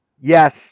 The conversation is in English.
Yes